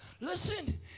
Listen